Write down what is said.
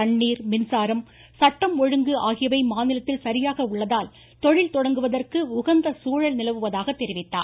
தண்ணீர் மின்சாரம் சட்டம் ஒழுங்கு ஆகியவை மாநிலத்தில் சரியாக உள்ளதால் தொழில் தொடங்குவதற்கு உகந்த சூழல் நிலவுவதாக தெரிவித்தார்